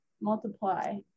multiply